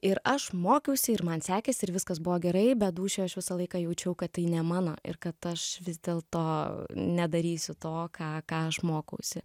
ir aš mokiausi ir man sekėsi ir viskas buvo gerai bet dūšioj aš visą laiką jaučiau kad tai ne mano ir kad aš vis dėl to nedarysiu to ką ką aš mokausi